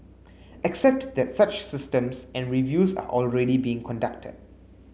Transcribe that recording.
except that such systems and reviews are already being conducted